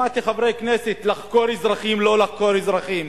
שמעתי חברי כנסת: לחקור אזרחים, לא לחקור אזרחים.